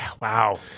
Wow